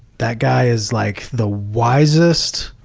that guy is like the wisest